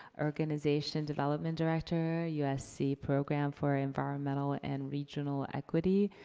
organization development director, usc program for environmental and regional equity.